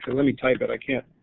let me type it i can't